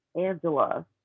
angela